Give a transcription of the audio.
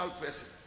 person